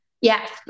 Yes